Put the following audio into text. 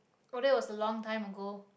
oh that was a long time ago